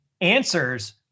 answers